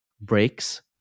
breaks